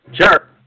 Sure